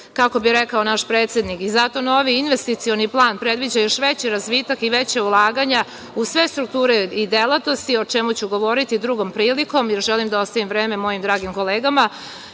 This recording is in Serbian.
kako bi rekao naš predsednik. I zato novi investicioni plan predviđa još veći razvitak i veća ulaganja u sve strukture i delatnosti, o čemu ću govoriti drugom prilikom, jer želim da ostavim vreme mojim dragim kolegama.